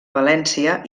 valència